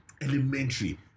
elementary